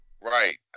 right